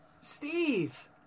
Steve